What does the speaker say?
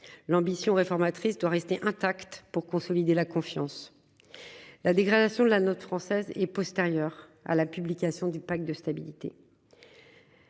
l'ambition réformatrice doit rester intact pour consolider la confiance. La dégradation de la note française est postérieur à la publication du pacte de stabilité.